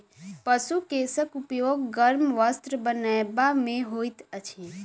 पशु केशक उपयोग गर्म वस्त्र बनयबा मे होइत अछि